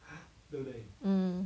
mm